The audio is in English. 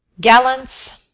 gallants,